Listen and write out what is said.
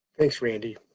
thanks, randy.